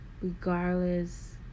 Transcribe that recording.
regardless